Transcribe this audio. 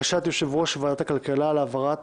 והגנת הסביבה בקשת יושב-ראש ועדת הכלכלה להעברת